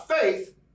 faith